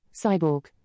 Cyborg